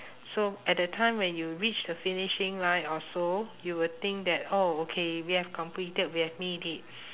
so at that time you when you reach the finishing line also you will think that oh okay we have completed we have made it